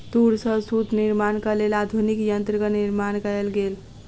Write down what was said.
तूर सॅ सूत निर्माणक लेल आधुनिक यंत्रक निर्माण कयल गेल